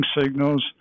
signals